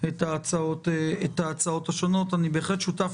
אני מצטער